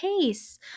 Case